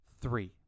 Three